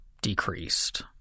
decreased